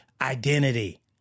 identity